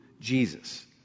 Jesus